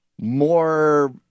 more